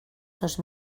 dos